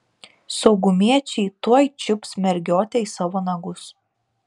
saugumiečiai tuoj čiups mergiotę į savo nagus